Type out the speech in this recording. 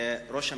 ראש הממשלה,